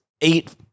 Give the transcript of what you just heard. eight